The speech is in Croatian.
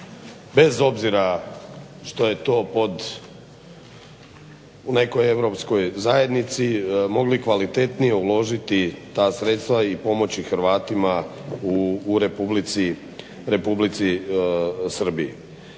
bez obzira što je to pod, u nekoj europskoj zajednici, mogli kvalitetnije uložiti ta sredstva i pomoći Hrvatima u Republici Srbiji.